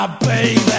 Baby